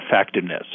effectiveness